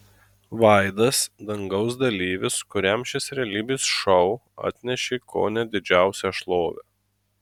vaidas dangaus dalyvis kuriam šis realybės šou atnešė kone didžiausią šlovę